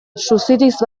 suziriz